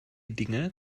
dinge